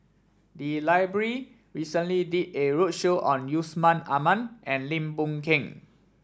the library recently did a roadshow on Yusman Aman and Lim Boon Keng